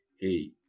hey